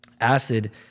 acid